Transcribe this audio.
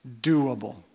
doable